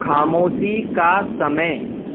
ख़ामोशी का समय